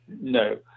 No